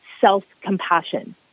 self-compassion